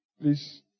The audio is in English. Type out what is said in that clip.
Please